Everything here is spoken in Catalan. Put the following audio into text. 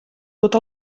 tot